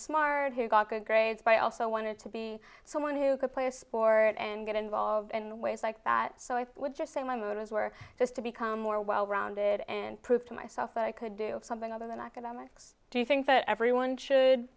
smart who got good grades by also wanted to be someone who could play a sport and get involved in ways like that so i would just say my motives were to become more well rounded and prove to myself that i could do something other than academics do you think that everyone should